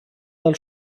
del